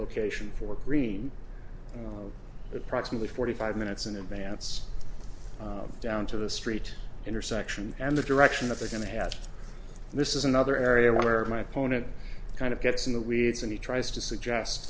location for green approximately forty five minutes in advance down to the street intersection and the direction of they're going to have this is another area where my opponent kind of gets in the weeds and he tries to suggest